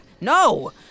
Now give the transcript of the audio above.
No